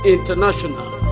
International